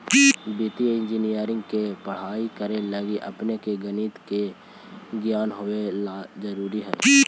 वित्तीय इंजीनियरिंग के पढ़ाई करे लगी अपने के गणित के ज्ञान होवे ला जरूरी हई